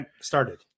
started